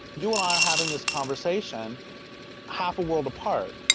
you and i are having this conversation half a world apart.